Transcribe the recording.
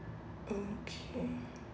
okay